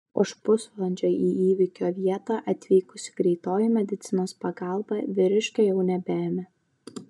už pusvalandžio į įvykio vietą atvykusi greitoji medicinos pagalba vyriškio jau nebeėmė